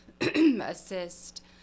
assist